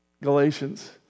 Galatians